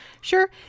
Sure